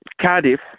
Cardiff